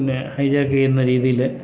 പിന്നെ hijack ചെയ്യുന്ന രീതിയിൽ